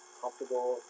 comfortable